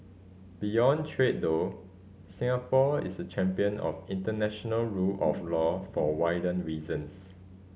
beyond trade though Singapore is a champion of international rule of law for wider reasons